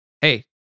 hey